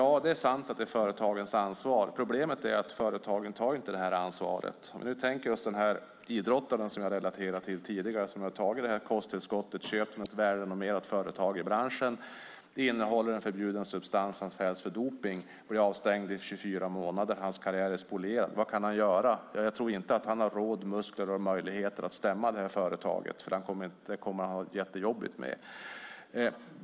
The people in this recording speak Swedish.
Det är sant att det är företagens ansvar. Problemet är att företagen inte tar det här ansvaret. Vi kan tänka oss den idrottare som jag relaterade till som har tagit det här kosttillskottet. Han har köpt det av ett välrenommerat företag i branschen. Det innehåller en förbjuden substans. Han fälls för dopning och blir avstängd i 24 månader. Hans karriär är spolierad. Vad kan han göra? Jag tror inte att han har råd, muskler och möjligheter att stämma det här företaget. Det kommer han att ha det jättejobbigt med.